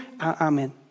Amen